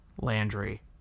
Landry